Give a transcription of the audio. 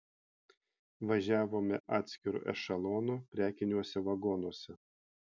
važiavome atskiru ešelonu prekiniuose vagonuose